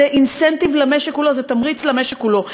זה אינסנטיב למשק כולו, זה תמריץ למשק כולו.